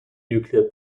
nuclear